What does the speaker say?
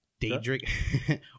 Daedric